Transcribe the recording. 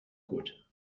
gut